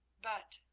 but,